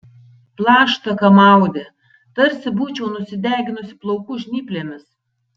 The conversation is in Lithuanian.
plaštaką maudė tarsi būčiau nusideginus plaukų žnyplėmis